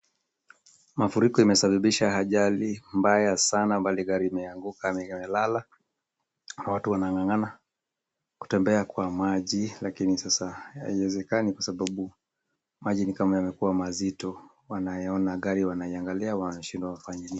Mafuriko yamesababisha ajali mbaya sana ambalo gari imeanguka ikalala. Watu wanang'ang'ana kutembea kwa maji lakini sasa haiwezekani kwa sababu, maji ni kama yamekua mazito. Wanaiona gari, wanaiangalia, wanashindwa wafanye nini.